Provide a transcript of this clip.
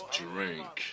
drink